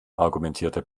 argumentierte